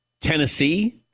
Tennessee